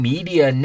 Media